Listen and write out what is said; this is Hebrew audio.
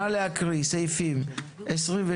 נא להקריא סעיפים 26,